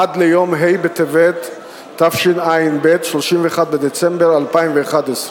עד יום ה' בטבת תשע"ב, 31 בדצמבר 2011,